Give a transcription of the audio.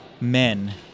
men